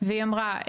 והיא אמרה,